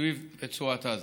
סביב רצועת עזה.